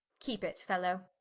keepe it fellow,